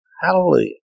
Hallelujah